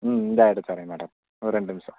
ம் இந்தா எடுத்து தர்றேன் மேடம் ஒரு ரெண்டு நிமிஷம்